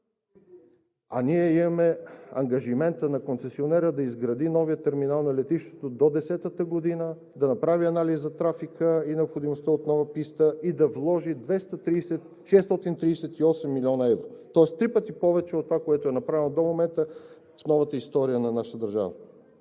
а ние имаме ангажимента на концесионера да изгради новия терминал на летището до десетата година, да направи анализ на трафика и на необходимостта от нова писта и да вложи 638 млн. евро, тоест три пъти повече от това, което е направил до момента в новата история на нашата държава.